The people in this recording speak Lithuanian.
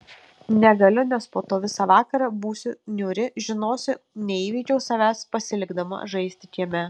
negaliu nes po to visą vakarą būsiu niūri žinosiu neįveikiau savęs pasilikdama žaisti kieme